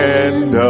end